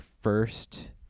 first